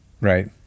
right